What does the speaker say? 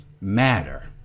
matter